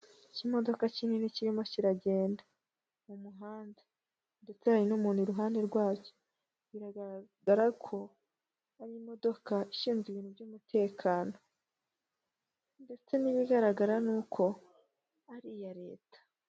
Ikimodoka kinini kirimo kiragenda mu muhanda, kegeranye n'umuntu iruhande rwacyo, biragaragara ko ari imodoka ishinzwe ibintu by'umutekano ndetse n'ibigaragara ni uko ari iya leta.